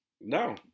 No